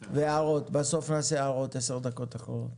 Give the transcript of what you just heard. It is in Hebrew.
בסוף נעשה הערות, עשר דקות אחרונות.